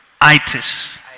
itis